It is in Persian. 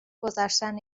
گذشتن